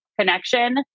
connection